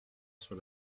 sur